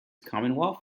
commonwealth